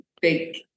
big